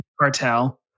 Cartel